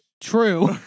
true